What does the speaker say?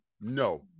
No